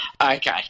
Okay